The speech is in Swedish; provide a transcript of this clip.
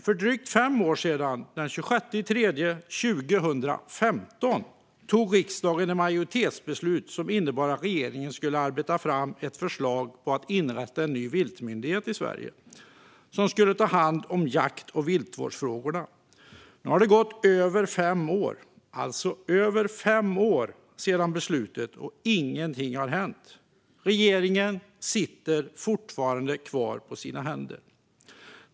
För drygt fem år sedan, den 26 mars 2015, tog riksdagen ett majoritetsbeslut som innebar att regeringen skulle arbeta fram ett förslag om att i Sverige inrätta en ny viltmyndighet som skulle ta hand om jakt och viltvårdsfrågorna. Nu har det gått över fem år sedan beslutet, men ingenting har hänt. Regeringen sitter fortfarande kvar på sina händer.